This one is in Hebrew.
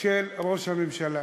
של ראש הממשלה.